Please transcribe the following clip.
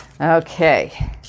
Okay